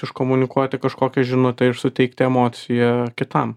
iškomunikuoti kažkokią žinutę ir suteikti emociją kitam